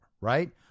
Right